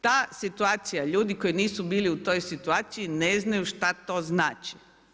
Ta situacija, ljudi koji nisu bili u toj situaciji ne znaju što to znači.